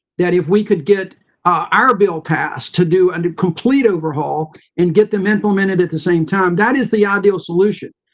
that if we could get our bill passed to do and a complete overhaul and get them implemented at the same time, that is the ideal solution.